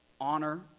honor